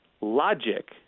logic